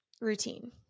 routine